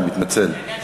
אני מתנצל.